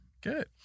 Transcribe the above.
Good